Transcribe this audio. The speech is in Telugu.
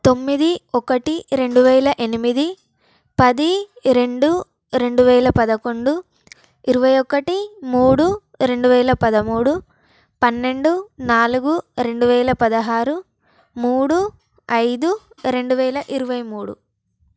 తొమ్మిది ఒకటి రెండు వేల ఎనిమిది పది రెండు రెండువేల పదకొండు ఇరవై ఒకటి మూడు రెండు వేల పదమూడు పన్నెండు నాలుగు రెండు వేల పదహారు మూడు ఐదు రెండు వేల ఇరవై మూడు